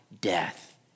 death